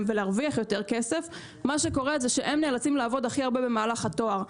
ולהרוויח יותר כסף - מה שקורה זה שהם נאלצים לעבוד הכי הרבה במהלך התואר.